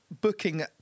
booking